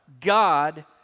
god